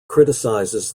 criticizes